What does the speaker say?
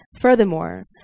Furthermore